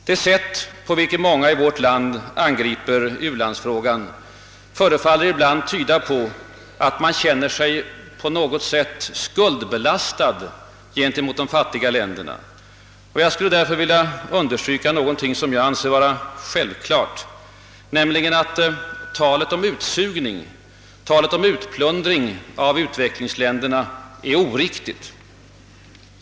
Det sätt, på vilket många i vårt land angriper u-landsfrågan, förefaller ibland tyda på att man känner sig på något sätt skuldbelastad gentemot de fattiga länderna. Jag skulle därför vilja understryka någonting som jag anser vara självklart, nämligen att talet om: utsugning, utplundring av u-länderna är oriktigt.